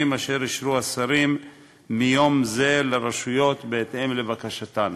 אשר אישרו השרים מיום זה לרשויות בהתאם לבקשתן.